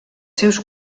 seus